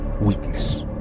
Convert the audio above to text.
weakness